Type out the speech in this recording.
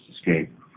escape